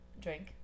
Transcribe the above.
drink